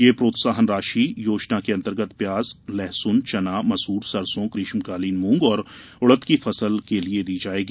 यह प्रोत्साहन राशि योजनातंगत प्याज लहसून चना मसूर सरसों ग्रीष्मकालीन मूंग और उड़द की फसल के लिये दी जायेगी